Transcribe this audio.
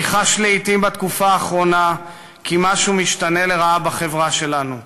אני חש לעתים בתקופה האחרונה כי משהו משתנה לרעה בחברה שלנו,